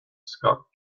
scott